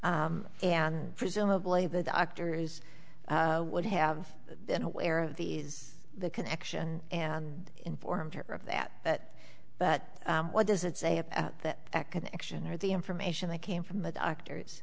and presumably the doctors would have been aware of these the connection and informed her of that but what does it say about that connection or the information that came from the doctors